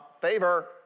favor